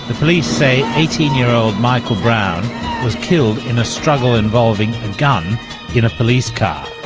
the police say eighteen year old michael brown was killed in a struggle involving a gun in a police car.